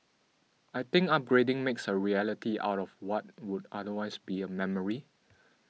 I think upgrading makes a reality out of what would otherwise be a memory